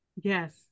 Yes